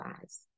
eyes